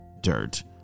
dirt